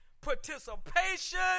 participation